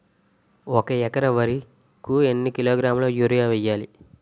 ఒక ఎకర వరి కు ఎన్ని కిలోగ్రాముల యూరియా వెయ్యాలి?